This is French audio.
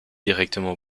directement